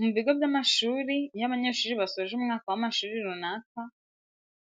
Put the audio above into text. Mu bigo by'amashuri iyo abanyeshuri basoje umwaka w'amashuri runaka,